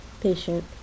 Patient